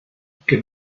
que